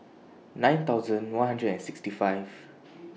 nine thousand one hundred and sixty five